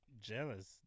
Jealous